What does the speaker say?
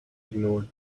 ignored